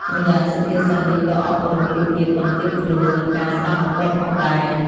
ម្យ៉ាងសុភាសិតនេះក៏អប់រំពីភាពបន្ទាបខ្លួន និងការស្តាប់បង្គាប់ផងដែរ។